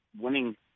winning